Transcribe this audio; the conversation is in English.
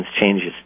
changes